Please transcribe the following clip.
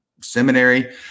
seminary